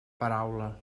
paraula